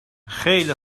خیلی